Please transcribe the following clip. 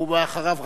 ואחריו,